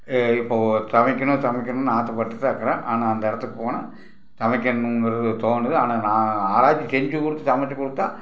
இப்போது சமைக்கணும் சமைக்கணுன்னு ஆசைப்பட்டுட்டு தான் இருக்கிறேன் ஆனால் அந்த இடத்துக்கு போனால் சமைக்கிணுங்கிறது தோணுது ஆனால் நான் யாராச்சும் செஞ்சு கொடுத்து சமைத்து கொடுத்தா